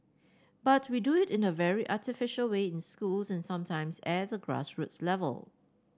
but we do it in a very artificial way in schools and sometimes at the grass roots level